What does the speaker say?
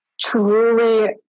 truly